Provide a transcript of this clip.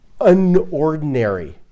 unordinary